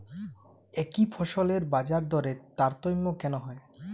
একই ফসলের বাজারদরে তারতম্য কেন হয়?